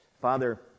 Father